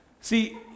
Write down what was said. See